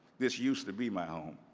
this used to be my home.